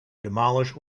demolish